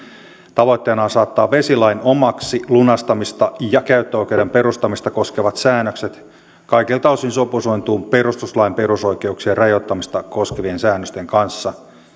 tavoitteena on saattaa vesilain omaksi lunastamista ja käyttöoikeuden perustamista koskevat säännökset kaikilta osin sopusointuun perustuslain perusoikeuksien rajoittamista koskevien säännösten kanssa